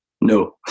No